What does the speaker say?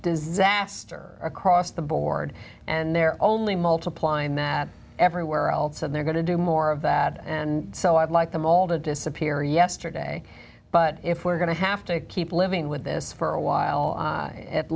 disaster across the board and they're only multiplying that everywhere else and they're going to do more of that and so i'd like them all to disappear yesterday but if we're going to have to keep living with this for a while